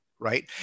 Right